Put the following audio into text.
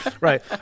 Right